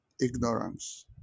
Ignorance